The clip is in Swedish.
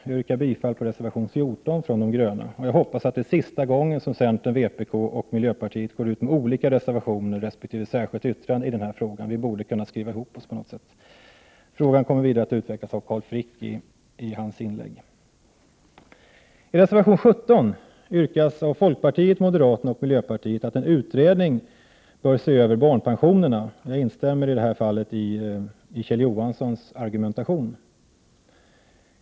Jag yrkar bifall till reservation 14 från de gröna, och jag hoppas att det är sista gången som centern, vpk och miljöpartiet går ut med olika reservationer resp. ett särskilt yttrande i den här frågan. Vi borde på något sätt kunna skriva ihop oss. Denna fråga kommer att utvecklas vidare av Carl Frick i hans inlägg. I reservation 17 yrkar folkpartiet, moderata samlingspartiet och miljöpartiet att en utredning bör se över barnpensionerna. Jag instämmer i detta fall i Kjell Johanssons argumentation.